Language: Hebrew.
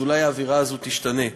אולי האווירה הזאת תשתנה,